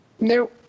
no